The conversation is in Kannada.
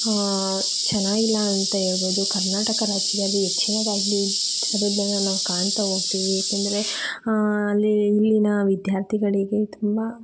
ಚೆನ್ನಾಗಿಲ್ಲ ಅಂತ ಹೇಳ್ಬೋದು ಕರ್ನಾಟಕ ರಾಜ್ಯದಲ್ಲಿ ಹೆಚ್ಚಿನದಾಗಿ ನಾವು ಕಾಣ್ತಾ ಹೋಗ್ತಿವಿ ಏಕೆಂದರೆ ಅಲ್ಲಿ ಇಲ್ಲಿನ ವಿದ್ಯಾರ್ಥಿಗಳಿಗೆ ತುಂಬ